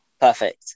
perfect